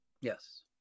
yes